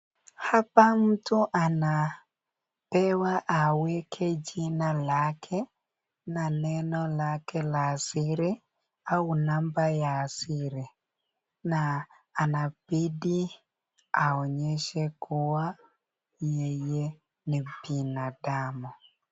Hapa mtu anapewa aweke jina lake na neno lake la siri au namba ya siri na anabidi aonyeshe kuwa yeye ni binadamu.